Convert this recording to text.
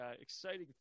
exciting